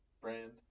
brand